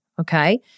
okay